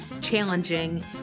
challenging